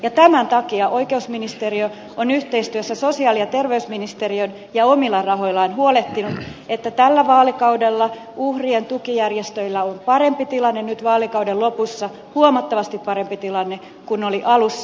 ja tämän takia oikeusministeriö on yhteistyössä sosiaali ja terveysministeriön ja omilla rahoillaan huolehtinut että tällä vaalikaudella uhrien tukijärjestöillä on parempi tilanne huomattavasti parempi tilanne nyt vaalikauden lopussa kuin oli alussa